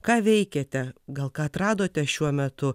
ką veikiate gal ką atradote šiuo metu